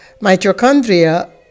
Mitochondria